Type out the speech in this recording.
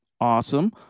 Awesome